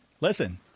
Listen